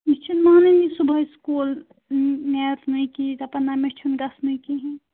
یہِ چھُنہٕ مانانٕے صُبحٲے سکوٗل میتھ نہٕ کی دَپان نہَ مےٚ چھُنہٕ گژھنُے کِہیٖنۍ